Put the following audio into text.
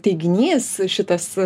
teiginys šitas